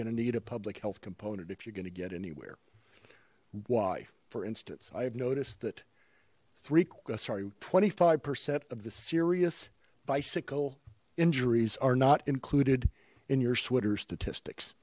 gonna need a public health component if you're gonna get anywhere why for instance i have noticed that three cookus are twenty five percent of the serious bicycle injuries are not included in your sweater statistics